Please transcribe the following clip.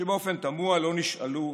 שבאופן תמוה לא נשאלו,